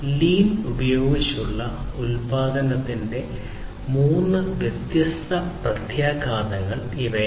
lean ഉപയോഗിച്ചുള്ള ഉൽപാദനത്തിന്റെ മൂന്ന് വ്യത്യസ്ത പ്രത്യാഘാതങ്ങൾ ഇവയാണ്